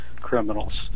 criminals